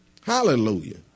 Hallelujah